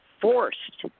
forced